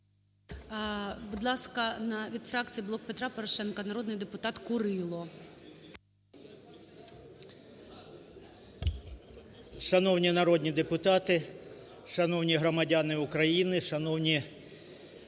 Шановні народні депутати, шановні громадяни України! Курило,